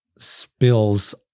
Spills